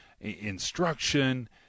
instruction